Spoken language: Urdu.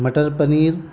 مٹر پنیر